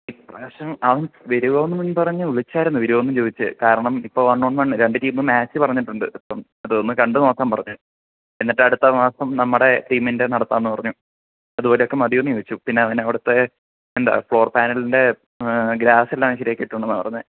ഇപ്രാവശ്യം അവൻ വരുമോന്നും പറഞ്ഞ് വിളിച്ചായിരുന്നു വരുമോന്നും ചോദിച്ച് കാരണം ഇപ്പോൾ വന്നൊന്ന് രണ്ട് ടീമ് മാച്ച് പറഞ്ഞിട്ടുണ്ട് അപ്പം അത് ഒന്ന് കണ്ട് നോക്കാൻ പറഞ്ഞ് എന്നിട്ട് അടുത്ത മാസം നമ്മുടെ ടീമിൻറ്റെ നടത്താമെന്ന് പറഞ്ഞു അത്പോലെ ഒക്കെ മതിയോന്ന് ചോദിച്ചു പിന്നെ അവനവിടുത്തെ എന്താ സ്കോർ പാനൽൻറ്റെ ഗ്രാസെല്ലാം ശരിയാക്കിയിട്ടുണ്ടെന്നാണ് പറഞ്ഞത്